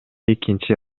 экинчи